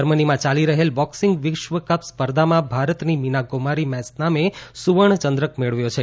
જર્મનીમાં ચાલી રહેલ બોક્સિંગ વિશ્વ કપ સ્પર્ધામાં ભારતની મીના કુમારી મૈસનામે સુવર્ણ ચંદ્રક મેળવ્યો છે